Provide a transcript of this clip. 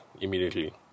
immediately